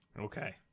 Okay